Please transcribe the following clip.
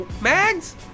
mags